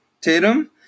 Tatum